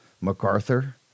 MacArthur